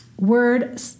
word